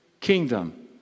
kingdom